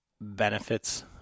benefits